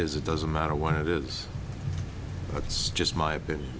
is it doesn't matter what it is it's just my opinion